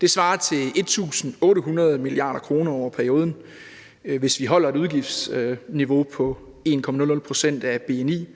Det svarer til 1.800 mia. kr. over perioden, hvis vi holder et udgiftsniveauet på 1,00 pct. af bni.